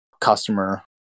customer